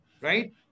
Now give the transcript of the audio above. right